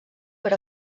per